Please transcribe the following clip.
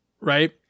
right